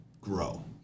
grow